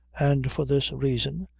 and for this reason,